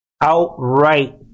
outright